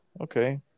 Okay